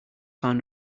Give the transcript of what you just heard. found